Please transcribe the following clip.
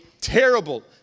terrible